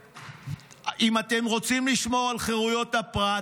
אם אתם רוצים לשמור על חירויות הפרט,